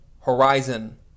horizon